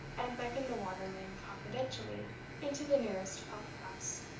and beckoned the waterman confidentially into the nearest public-house.